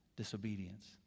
disobedience